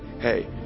hey